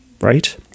right